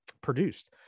Produced